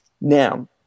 Now